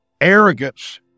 Arrogance